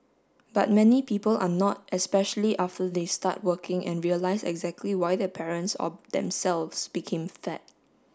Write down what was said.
but many people are not especially after they start working and realise exactly why their parents or themselves became fat